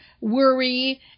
worry